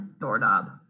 doorknob